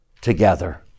together